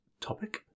topic